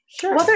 Sure